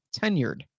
tenured